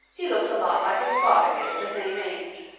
he looks a lot like his father did at the same age.